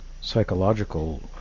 psychological